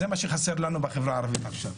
זה מה שחסר לנו בחברה עכשיו.